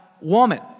woman